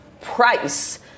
price